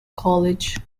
college